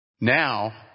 Now